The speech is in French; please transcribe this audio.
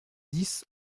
dix